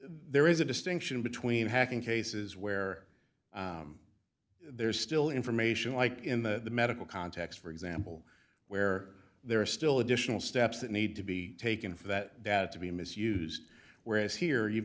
there is a distinction between hacking cases where there's still information like in the medical context for example where there are still additional steps that need to be taken for that data to be misused whereas here you've